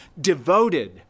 devoted